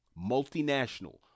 multinational